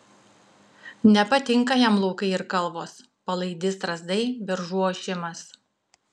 nepatinka jam laukai ir kalvos palaidi strazdai beržų ošimas